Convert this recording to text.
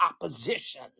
opposition